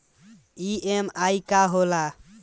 EMI का होला?